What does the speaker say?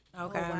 okay